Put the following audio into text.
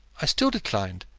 i still declined,